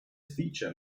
feature